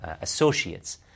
associates